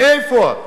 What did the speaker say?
מאיפה?